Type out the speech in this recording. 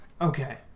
Okay